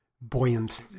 buoyant